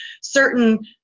certain